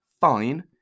fine